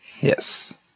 Yes